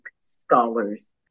scholars